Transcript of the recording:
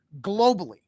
globally